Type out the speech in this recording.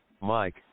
Mike